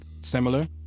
similar